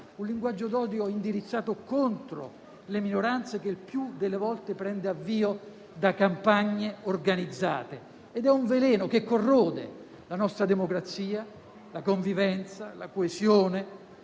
un linguaggio d'odio indirizzato contro le minoranze che, il più delle volte, prende avvio da campagne organizzate; ed è un veleno che corrode la nostra democrazia, la convivenza, la coesione,